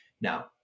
Now